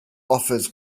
offers